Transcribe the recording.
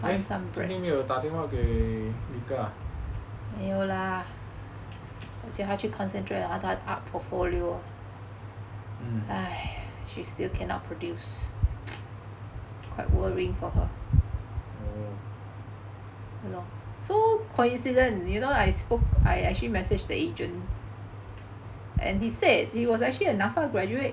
eh 今天没有打电话给 rika ah mm